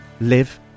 live